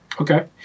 Okay